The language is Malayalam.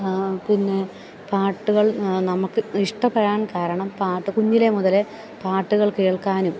പിന്നെ പാട്ടുകൾ നമുക്ക് ഇഷ്ടപ്പെടാൻ കാരണം പാട്ട് കുഞ്ഞിലെ മുതൽ പാട്ടുകൾ കേൾക്കാനും